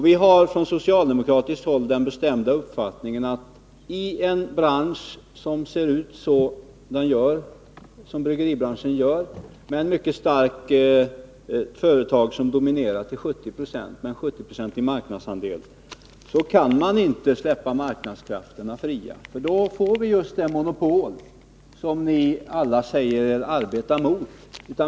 Vi har från socialdemokratiskt håll den bestämda uppfattningen att i en bransch som ser ut som bryggeribranschen gör, med ett mycket stort företag som dominerar med en 70-procentig marknadsandel, kan man inte släppa marknadskrafterna fria, för då får vi just det monopol som ni alla säger er arbeta mot.